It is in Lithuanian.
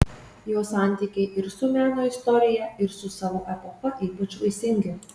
jo santykiai ir su meno istorija ir su savo epocha ypač vaisingi